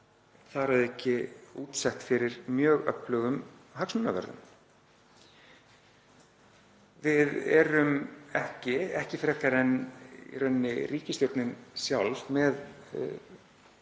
þar að auki útsett fyrir mjög öflugum hagsmunavörðum. Við erum ekki, ekki frekar en ríkisstjórnin sjálf, með